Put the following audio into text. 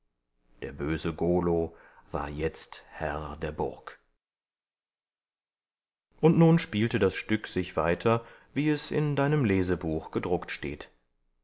der böse golo war jetzt herr der burg und nun spielte das stück sich weiter wie es in deinem lesebuch gedruckt steht